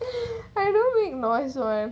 I don't make noise [one]